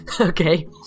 okay